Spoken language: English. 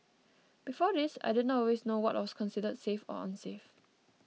before this I didn't always know what was considered safe or unsafe